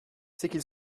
c’est